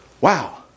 Wow